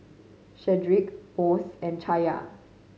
Shedrick Mose and Chaya